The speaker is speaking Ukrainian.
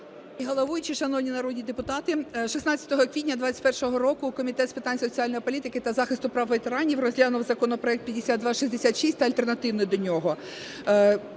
головуючий, шановні народні депутати! 16 квітня 21-го року Комітет з питань соціальної політики та захисту прав ветеранів розглянув законопроект 5266 та альтернативний до нього.